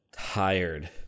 tired